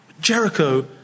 Jericho